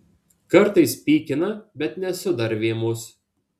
kartais pykina bet nesu dar vėmus